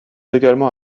également